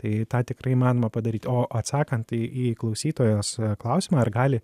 tai tą tikrai įmanoma padaryt o atsakant į į klausytojos klausimą ar gali